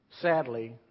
sadly